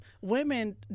women